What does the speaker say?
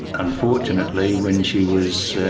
unfortunately when she was,